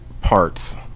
parts